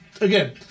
again